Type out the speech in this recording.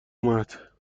اومد